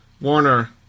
Warner